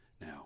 Now